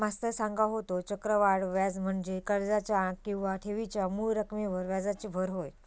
मास्तर सांगा होतो, चक्रवाढ व्याज म्हणजे कर्जाच्या किंवा ठेवीच्या मूळ रकमेवर व्याजाची भर होय